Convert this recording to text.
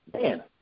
man